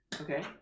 Okay